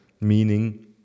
meaning